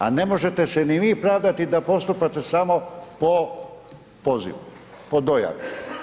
A ne možete se ni vi pravdati da postupate samo po pozivu, po dojavi.